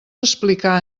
explicar